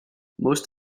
most